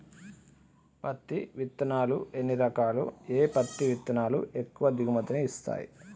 పత్తి విత్తనాలు ఎన్ని రకాలు, ఏ పత్తి విత్తనాలు ఎక్కువ దిగుమతి ని ఇస్తాయి?